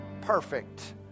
perfect